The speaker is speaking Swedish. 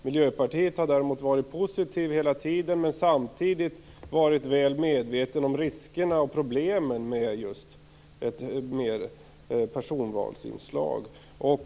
Miljöpartiet har däremot hela tiden varit positivt, men samtidigt har vi varit väl medvetna om riskerna och problemen med personvalsinslag.